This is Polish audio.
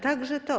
Także to.